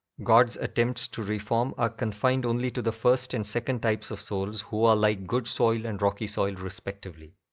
god's attempts to reform are confined only to the first and second types of souls who are like good soil and rocky soil respectively.